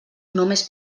només